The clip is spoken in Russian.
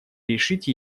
решить